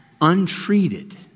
untreated